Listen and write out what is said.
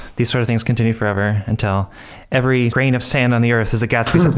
these sort of things continue forever until every grain of sand on the earth is a gatsby so